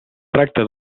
tracta